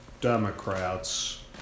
Democrats